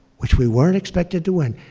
which we weren't expected to win,